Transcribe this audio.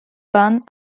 band